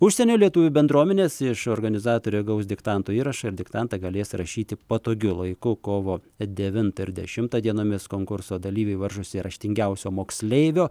užsienio lietuvių bendruomenės iš organizatorių gaus diktanto įrašą ir diktantą galės rašyti patogiu laiku kovo devintą ir dešimtą dienomis konkurso dalyviai varžosi raštingiausio moksleivio